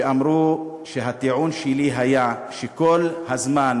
שאמרו שהטיעון שלי היה שכל הזמן,